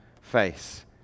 face